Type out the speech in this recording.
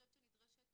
נדרשת